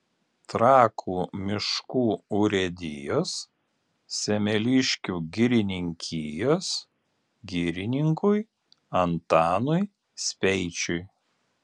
trakų miškų urėdijos semeliškių girininkijos girininkui antanui speičiui